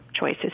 choices